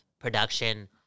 production